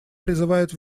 призывают